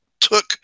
took